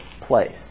place